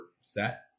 set